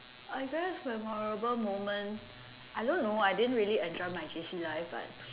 I guess memorable moment I don't know I didn't really enjoy my J_C life but